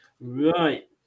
Right